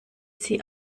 sie